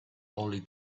only